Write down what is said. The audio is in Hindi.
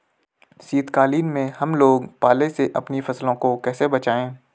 शीतकालीन में हम लोग पाले से अपनी फसलों को कैसे बचाएं?